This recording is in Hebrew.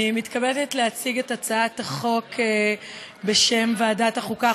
אני מתכבדת להציע את הצעת החוק בשם ועדת החוקה,